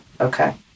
Okay